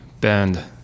band